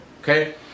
okay